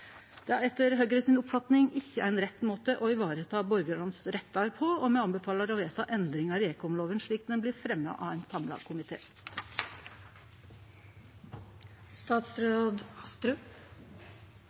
Det er etter Høgre si oppfatning ikkje rett måte å vareta rettane til borgarane, og me anbefaler å vedta endringar i ekomlova slik det blir fremja av ein samla